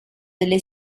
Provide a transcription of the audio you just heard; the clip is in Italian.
delle